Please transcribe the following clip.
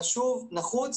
חשוב ונחוץ